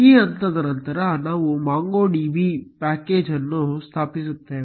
ಈ ಹಂತದ ನಂತರ ನಾವು MongoDB ಪ್ಯಾಕೇಜ್ ಅನ್ನು ಸ್ಥಾಪಿಸುತ್ತೇವೆ